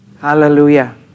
Hallelujah